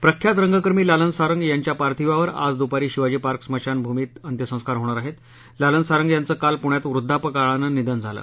प्रख्यात रंगकर्मी लालन सारंग यांच्या पार्थिवावर आज द्पारी शिवाजी पार्क स्मशानभूमीत अंत्यसंस्कार होणार आहत्त लालन सारंग यांचं काल पुण्यात वृद्वापकाळानं निधन झालं